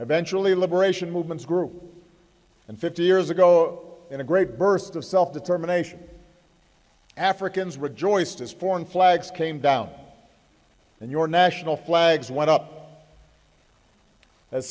eventually liberation movements groups and fifty years ago in a great burst of self determination africans rejoiced as foreign flags came down and your national flags went up